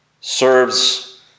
serves